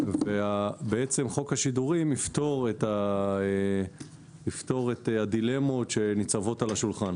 חוק השידורים יפתור את הדילמות שניצבות על השולחן.